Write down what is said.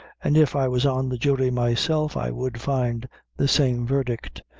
and if i was on the jury myself i would find the same verdict.